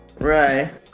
Right